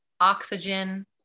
oxygen